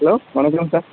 hello வணக்கம் sir